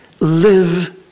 live